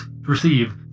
receive